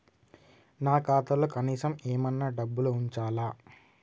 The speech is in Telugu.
నా ఖాతాలో కనీసం ఏమన్నా డబ్బులు ఉంచాలా?